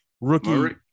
rookie